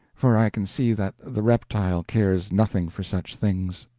for i can see that the reptile cares nothing for such things.